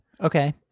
Okay